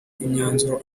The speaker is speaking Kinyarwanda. n’imyanzuro